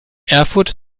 erfurt